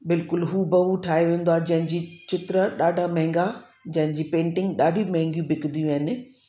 बिल्कुलु हूबहू ठाहे वेंदो आहे जंहिंजी चित्र ॾाढा महांगा जंहिंजी पेंटिंग ॾाढियूं महांगियूं बिकदियूं आहिनि